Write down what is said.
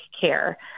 care